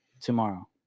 tomorrow